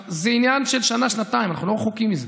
זה עניין של שנה-שנתיים, אנחנו לא רחוקים מזה.